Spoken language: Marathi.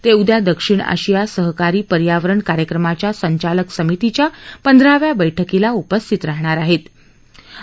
त उद्या दक्षिण आशिया सहकारी पर्यावरण कार्यक्रमाच्या संचालक समितीच्या पंधराव्या बैठकीला उपस्थित राहणार आहव्य